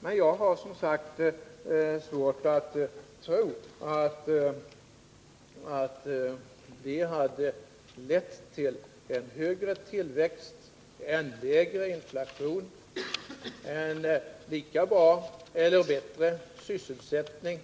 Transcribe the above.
Men jag har som sagt svårt att tro att detta skulle ha lett till en högre tillväxt, en lägre inflation, en lika bra eller bättre sysselsättning